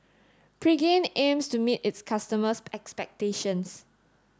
Pregain aims to meet its customers' expectations